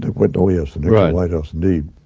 white and yeah so white house indeed,